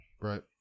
Right